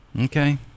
Okay